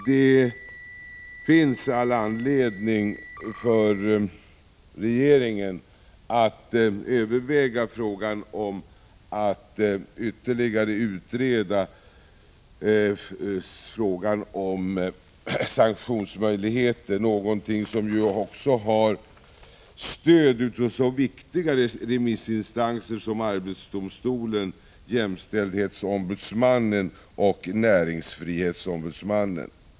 Det finns all anledning för regeringen att överväga att ytterligare utreda frågan om sanktionsmöjligheter, någonting som ju också har fått stöd hos sådana viktiga remissinstanser som arbetsdomstolen, jämställdhetsombudsmannen och näringsfrihetsombudsmannen.